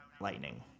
lightning